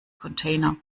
container